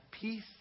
peace